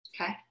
Okay